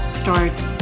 starts